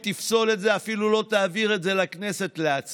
היא תפסול את זה ואפילו לא תעביר את זה לכנסת להצבעה.